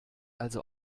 also